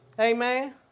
Amen